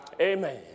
Amen